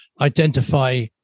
identify